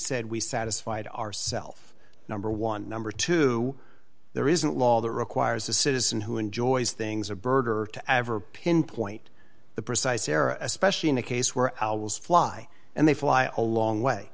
said we satisfied ourself number one number two there isn't a law that requires a citizen who enjoys things a birder to ever pinpoint the precise error especially in a case where fly and they fly along way